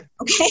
Okay